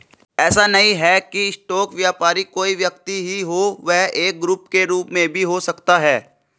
ऐसा नहीं है की स्टॉक व्यापारी कोई व्यक्ति ही हो वह एक ग्रुप के रूप में भी हो सकता है